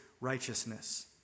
righteousness